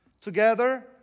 Together